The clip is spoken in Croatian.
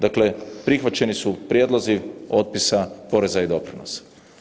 Dakle prihvaćeni su prijedlozi otpisa poreza i doprinosa.